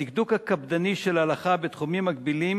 הדקדוק הקפדני של ההלכה בתחומים מקבילים